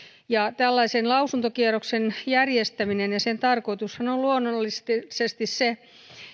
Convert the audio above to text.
tällaisen lausuntokierroksen järjestämisen tarkoitushan on luonnollisesti se